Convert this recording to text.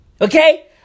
Okay